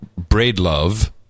Braidlove